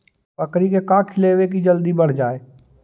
बकरी के का खिलैबै कि जल्दी बढ़ जाए?